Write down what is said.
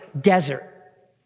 desert